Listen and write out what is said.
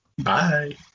Bye